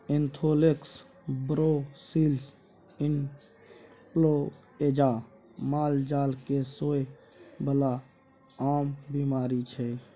anthrax, brucellosis influenza मालजाल केँ होइ बला आम बीमारी छै